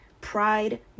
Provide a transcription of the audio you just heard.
pride